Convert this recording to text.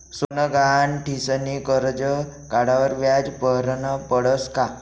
सोनं गहाण ठीसनी करजं काढावर व्याज भरनं पडस का?